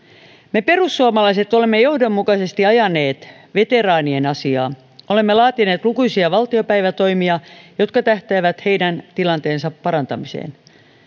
me perussuomalaiset olemme johdonmukaisesti ajaneet veteraanien asiaa olemme laatineet lukuisia valtiopäivätoimia jotka tähtäävät heidän tilanteensa parantamiseen